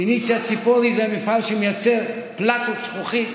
פניציה ציפורי זה המפעל שמייצר פלטות זכוכית.